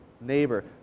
neighbor